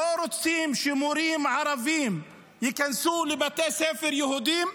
לא רוצים שמורים ערבים ייכנסו לבתי ספר יהודיים?